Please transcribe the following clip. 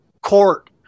court